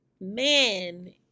Man